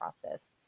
process